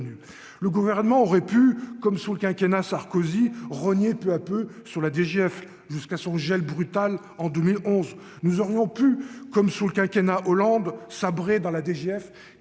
le gouvernement aurait pu, comme sur le quinquennat Sarkozy rogner peu à peu sur la DGF jusqu'à son gel brutal en 2011, nous aurions pu, comme sous le quinquennat Hollande sabrer dans la DGF